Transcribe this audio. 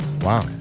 Wow